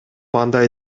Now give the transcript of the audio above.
андай